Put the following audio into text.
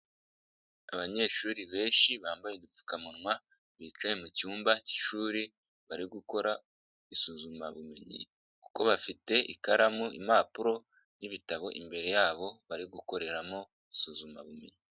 Abanyeshuri benshi bambaye udupfukamunwa, bicaye mu cyumba k'ishuri, bari gukora isuzumabumenyi kuko bafite: ikaramu, impapuro n'ibitabo imbere yabo bari gukoreramo isuzumabumenyi.